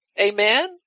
Amen